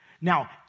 Now